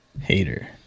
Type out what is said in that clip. Hater